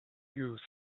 goose